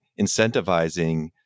incentivizing